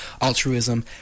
altruism